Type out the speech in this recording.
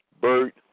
Bert